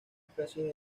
especies